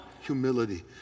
humility